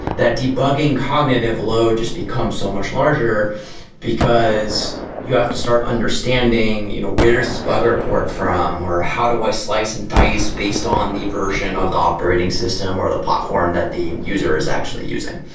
that debugging cognitive load just becomes so much larger because you have to start understanding you know where is this bug report from, or how do i slice and dice based on the version of the operating system or the platform that the user is actually using?